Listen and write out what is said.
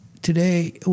today